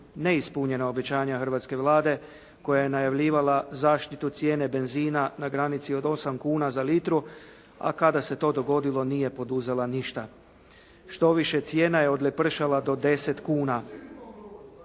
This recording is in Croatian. neispunjena obećanja hrvatske Vlade koja je najavljivala zaštitu cijene benzina na granici od 8 kuna za litru a kada se to dogodilo nije poduzela ništa. Štoviše, cijena je odlepršala do 10 kuna.